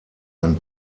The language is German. ein